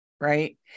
right